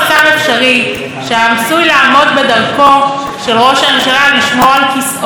אפשרי שעשוי לעמוד בדרכו של ראש הממשלה לשמור על כיסאו.